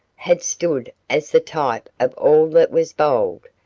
had stood as the type of all that was bold,